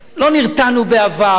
לא נרתענו בעבר.